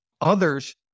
Others